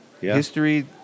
history